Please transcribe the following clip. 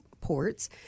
ports